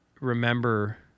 remember